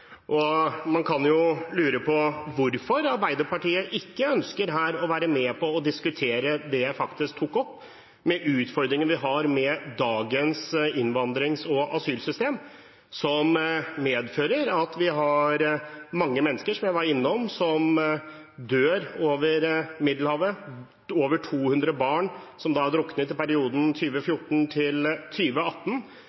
Man kan jo lure på hvorfor Arbeiderpartiet ikke ønsker å være med på å diskutere det jeg faktisk tok opp, utfordringer vi har med dagens innvandrings- og asylsystem, som medfører at vi har mange mennesker – som jeg var innom – som dør på vei over Middelhavet. Over 200 barn druknet i perioden